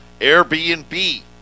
Airbnb